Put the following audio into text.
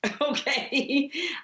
Okay